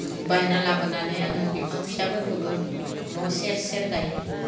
बायना लाबोनानै आङो बिफां फिसाफोरखोबो न' सेर सेर गायो